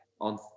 on